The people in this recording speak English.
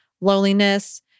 loneliness